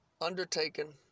undertaken